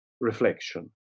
reflection